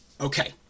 Okay